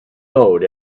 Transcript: road